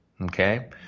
okay